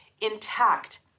intact